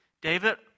David